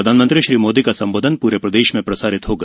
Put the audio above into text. प्रधानमंत्री श्री मोदी का संबोधन पूरे प्रदेश में प्रसारित होगा